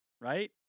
Right